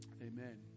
Amen